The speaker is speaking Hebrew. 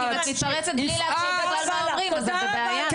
יפעת, יפעת, יפעת.